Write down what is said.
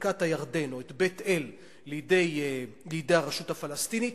בקעת-הירדן או את בית-אל לידי הרשות הפלסטינית,